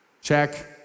Check